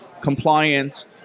compliance